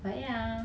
but ya